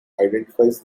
identifies